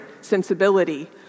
sensibility